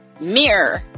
mirror